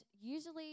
usually